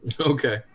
Okay